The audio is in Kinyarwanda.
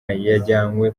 yajyanywe